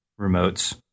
remotes